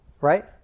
Right